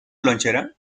lonchera